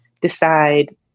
decide